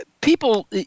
people